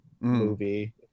movie